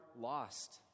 lost